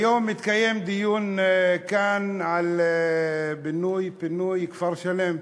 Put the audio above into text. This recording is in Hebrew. היום התקיים דיון כאן על בינוי-פינוי כפר-שלם,